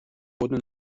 wurde